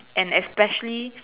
and especially